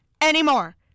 anymore